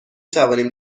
توانیم